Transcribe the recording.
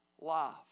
life